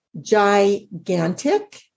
Gigantic